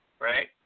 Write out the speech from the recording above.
right